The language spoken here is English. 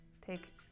Take